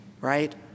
right